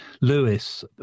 lewis